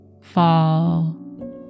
fall